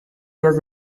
días